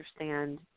understand